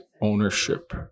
ownership